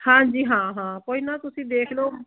ਹਾਂਜੀ ਹਾਂ ਹਾਂ ਕੋਈ ਨਾ ਤੁਸੀਂ ਦੇਖ ਲਓ